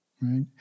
Right